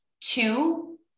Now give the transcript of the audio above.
Two